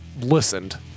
listened